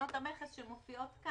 חברים,